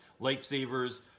Lifesavers